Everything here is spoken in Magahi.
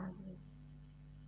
लाग बे